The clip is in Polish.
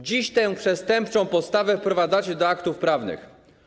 Dziś tę przestępczą postawę wprowadzacie do aktów prawnych.